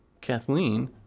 Kathleen